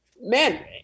man